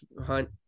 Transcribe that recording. hunt